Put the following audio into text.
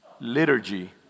Liturgy